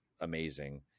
amazing